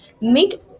make